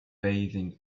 bathing